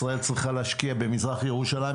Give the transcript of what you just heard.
ישראל צריכה להשקיע במזרח ירושלים,